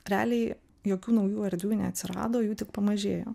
realiai jokių naujų erdvių neatsirado jų tik pamažėjo